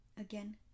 Again